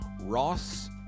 Ross